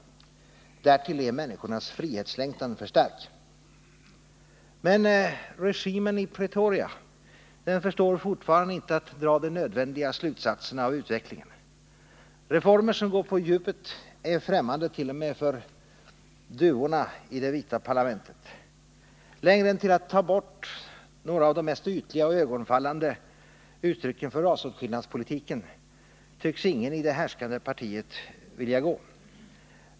Därtill är människornas frihetslängtan för stark. Men regimen i Pretoria förstår fortfarande inte att dra de nödvändiga slutsatserna av utvecklingen. Reformer som går på djupet är främmande t.o.m. för ”duvorna” i det vita parlamentet. Längre än till att ta bort några av de mest ytliga och iögonfallande uttrycken för rasåtskillnadspolitiken tycks ingen i det härskande partiet vilja gå.